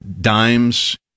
dimes